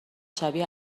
شبیه